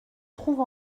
trouve